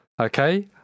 okay